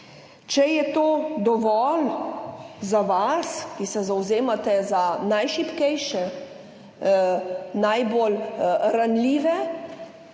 Če je to dovolj za vas, ki se zavzemate za najšibkejše, najbolj ranljive,